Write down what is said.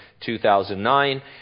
2009